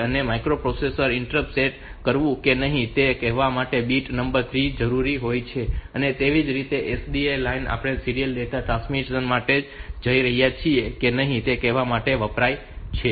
તેથી માઇક્રોપ્રોસેસરે interrupt set કરવું કે નહીં તે કહેવા માટે બીટ નંબર 3 જરૂરી હોય છે અને તે જ રીતે SDE લાઇન આપણે સીરીયલ ડેટા ટ્રાન્સમિશન માટે જઈ રહ્યા છીએ કે નહીં તે કહેવા માટે વપરાય છે